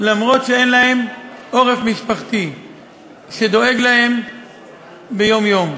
למרות שאין להם עורף משפחתי שדואג להם ביום-יום.